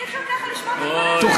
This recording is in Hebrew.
אי-אפשר ככה, לשמוע את הדברים האלה.